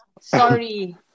Sorry